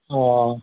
অঁ